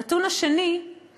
הנתון השני הוא